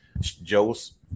joe's